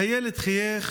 הילד חייך